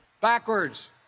backwards